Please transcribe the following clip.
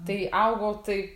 tai augau tai